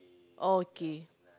okay